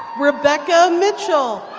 rebecca mitchell.